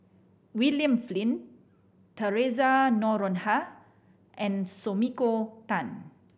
William Flint Theresa Noronha and Sumiko Tan